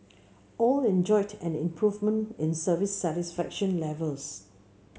all enjoyed an improvement in service satisfaction levels